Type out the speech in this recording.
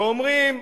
ואמרתם: